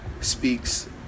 speaks